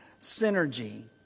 synergy